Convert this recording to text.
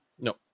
no